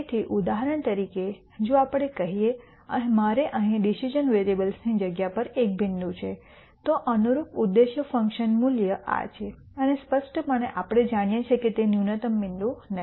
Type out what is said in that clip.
તેથી ઉદાહરણ તરીકે જો આપણે કહીએ કે મારે અહીં ડિસિઝન વેરીએબલ્સની ની જગ્યા પર એક બિંદુ છે તો અનુરૂપ ઉદ્દેશ્ય ફંકશન મૂલ્ય આ છે અને સ્પષ્ટપણે આપણે જાણીએ છીએ કે તે ન્યૂનતમ બિંદુ નથી